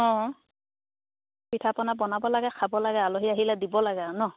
অঁ পিঠা পনা বনাব লাগে খাব লাগে আলহী আহিলে দিব লাগে আৰু ন